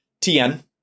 TN